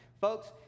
Folks